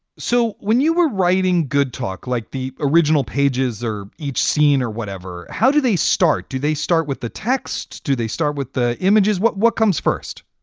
so when you were writing good talk, like the original pages or each scene or whatever. how do they start? do they start with the text? do they start with the images? what what comes first?